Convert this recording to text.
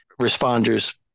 responders